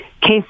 case